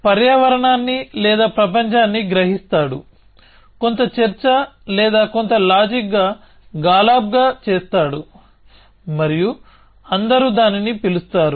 agent పర్యావరణాన్ని లేదా ప్రపంచాన్ని గ్రహిస్తాడు కొంత చర్చ లేదా కొంత లాజిక్ గాలాబ్గా చేస్తాడు మరియు అందరూ దానిని పిలుస్తారు